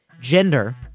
gender